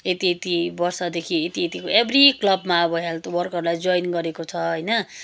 यति यति वर्षदेखि यति यतिको एभ्री क्लबमा अब हेल्थ वर्करलाई जोइन गरेको छ होइन